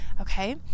Okay